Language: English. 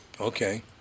Okay